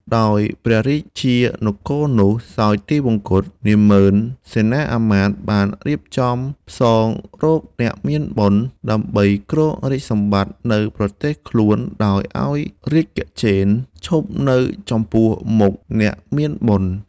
ដោយព្រះរាជានគរនោះសោយទិវង្គត នាម៉ឺនសេនាមាត្យបានរៀបចំការផ្សងរកអ្នកមានបុណ្យ ដើម្បីគ្រងរាជ្យសម្បត្តិនៅប្រទេសខ្លួនដោយឱ្យរាជគជេន្ទ្រឈប់នៅចំពោះមុខអ្នកមានបុណ្យ។